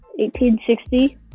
1860